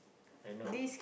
I know